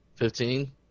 Fifteen